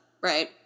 right